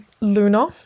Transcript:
Luna